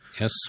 Yes